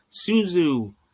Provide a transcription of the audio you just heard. Suzu